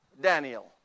Daniel